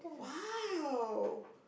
!wow!